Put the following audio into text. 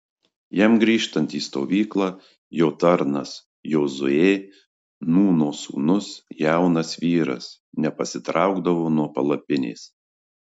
jam grįžtant į stovyklą jo tarnas jozuė nūno sūnus jaunas vyras nepasitraukdavo nuo palapinės